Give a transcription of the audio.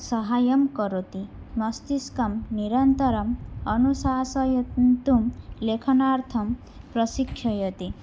साहाय्यं करोति मस्तिष्कं निरन्तरम् अनुशासयितुं लेखनार्थं प्रशिक्षयति